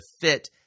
fit